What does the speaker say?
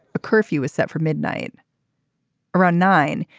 a curfew is set for midnight around nine